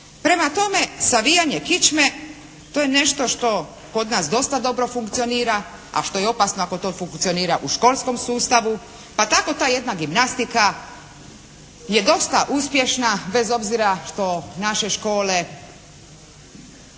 Prema tome savijanje kičme to je nešto što kod nas dosta dobro funkcionira, a što je opasno ako to funkcionira u školskom sustavu pa tako ta jedna gimnastika je dosta uspješna bez obzira što naše škole